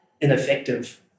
ineffective